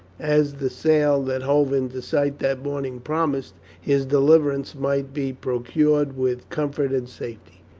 as the sail that hove into sight that morning promised, his deliverance might be procured with com fort and safety.